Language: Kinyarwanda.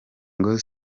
ngo